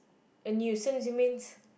a nuisance you means